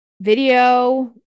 video